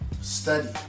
study